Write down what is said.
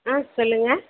ம் சொல்லுங்கள்